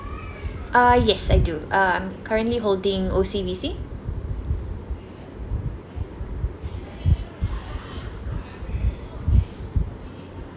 uh yes I do um currently holding O_C_B_C